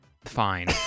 Fine